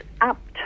up